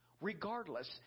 regardless